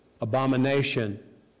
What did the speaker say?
abomination